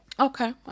Okay